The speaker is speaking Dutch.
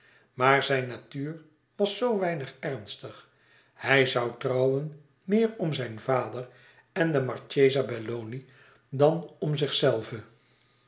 maar zijn natuur was zoo weinig ernstig hij zoû trouwen meer om zijn vader en de marchesa belloni dan om zichzelven